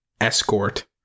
escort